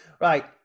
Right